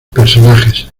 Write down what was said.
personajes